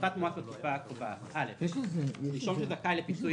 פחת מואץ בתקופה הקובעת נישום שזכאי לפיצוי